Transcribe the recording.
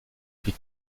plus